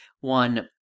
one